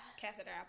catheter